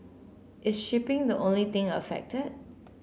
is shipping the only thing affected